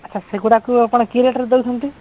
ଆଚ୍ଛା ସେଗୁଡ଼ାକୁ ଆପଣ କି ରେଟ୍ରେ ଦେଉଛନ୍ତି